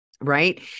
Right